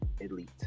elite